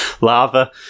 Lava